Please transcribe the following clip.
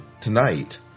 tonight